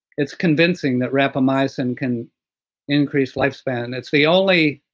it's convincing that rapamycin can increase lifespan. it's the only